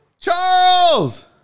Charles